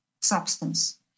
substance